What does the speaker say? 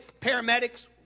Paramedics